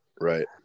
right